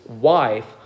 wife